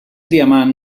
diamant